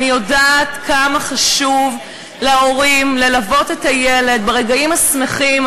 ואני יודעת כמה חשוב להורים ללוות את היילודים ברגעים השמחים,